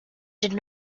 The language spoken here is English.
did